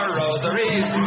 rosaries